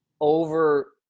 over